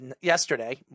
yesterday